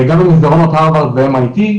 גם במסדרון בהארוורד וב-MIT,